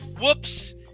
whoops